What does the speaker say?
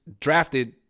drafted